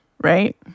right